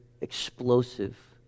explosive